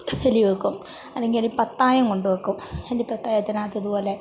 കെണി വെക്കും അല്ലെങ്കിൽ എലിപ്പത്തായം കൊണ്ടുവെക്കും എലി പത്തായത്തിനകത്ത് ഇതുപോലെ